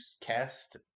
cast